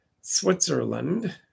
Switzerland